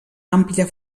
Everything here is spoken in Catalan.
àmplia